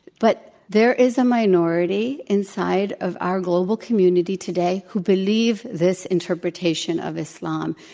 but there is a minority inside of our global community today who believe this interpretation of islam.